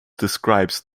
describes